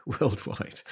worldwide